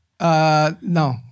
No